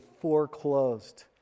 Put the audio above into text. foreclosed